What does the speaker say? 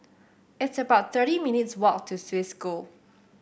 it's about thirty minutes' walk to Swiss School